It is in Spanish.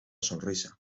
sonrisa